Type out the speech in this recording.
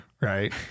Right